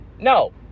No